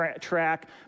track